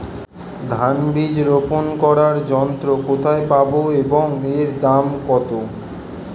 ধান বীজ রোপন করার যন্ত্র কোথায় পাব এবং এর দাম কত?